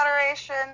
moderation